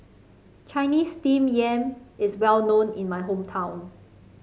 Chinese Steamed Yam is well known in my hometown